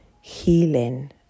healing